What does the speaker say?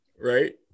Right